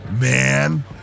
man